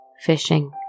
fishing